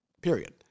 period